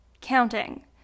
counting